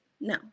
No